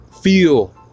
feel